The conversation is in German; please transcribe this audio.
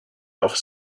auf